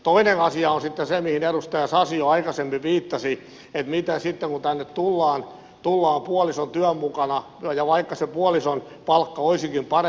toinen asia on sitten se mihin edustaja sasi jo aikaisemmin viittasi että mitä sitten kun tänne tullaan puolison työn mukana ja vaikka se puolison palkka olisikin parempi